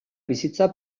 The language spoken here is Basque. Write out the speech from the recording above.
bizitza